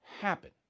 happen